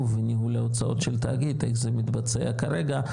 וניהול ההוצאות של התאגיד ואיך זה מתבצע כרגע,